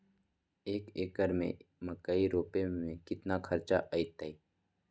एक एकर में मकई रोपे में कितना खर्च अतै?